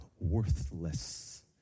worthless